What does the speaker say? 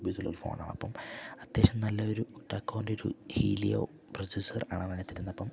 റുപ്പീസുള്ള ഒരു ഫോണാണ് അപ്പം അത്യാവശ്യം നല്ലൊരു ടക്കോൻ്റെ ഒരു ഹിലിയോ പ്രൊസസ്സർ ആണതിനകത്തിരുന്നപ്പം